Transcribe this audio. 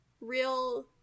real